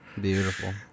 beautiful